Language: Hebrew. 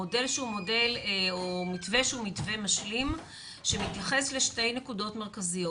מתווה משלים שמתייחס לשתי נקודות מרכזיות.